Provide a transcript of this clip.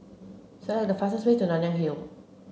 select the fastest way to Nanyang Hill